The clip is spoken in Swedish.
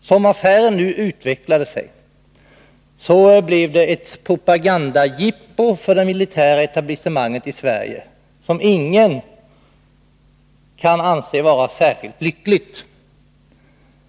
Som affären nu utvecklade sig blev den ett propagandajippo för det militära etablissemanget i Sverige, något som ingen kan anse vara särskilt lyckligt.